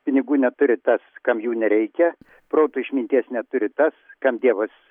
pinigų neturi tas kam jų nereikia proto išminties neturi tas kam dievas